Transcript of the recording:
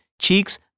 Cheeks